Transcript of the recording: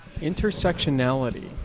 Intersectionality